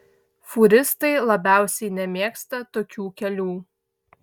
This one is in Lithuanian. fūristai labiausiai nemėgsta tokių kelių